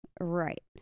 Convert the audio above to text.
Right